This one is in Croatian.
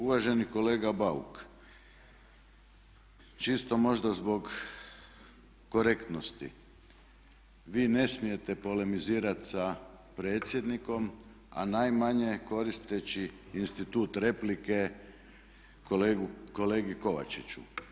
Uvaženi kolega Bauk, čisto možda zbog korektnosti, vi ne smijete polemizirati sa predsjednikom a najmanje koristeći institut replike kolegi Kovačiću.